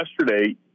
yesterday